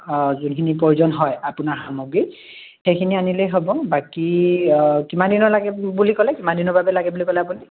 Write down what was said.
যোনখিনি প্ৰয়োজন হয় আপোনাৰ সামগ্ৰী সেইখিনি আনিলেই হ'ব বাকী অঁ কিমান দিনৰ লাগে বুলি ক'লে কিমান দিনৰ বাবে লাগে বুলি ক'লে আপুনি